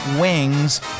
wings